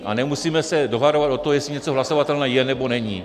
A nemusíme se dohadovat o tom, jestli něco hlasovatelné je, nebo není.